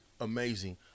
amazing